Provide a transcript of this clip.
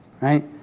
right